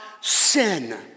sin